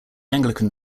anglican